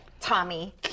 Tommy